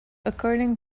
according